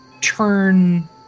turn